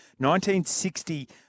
1960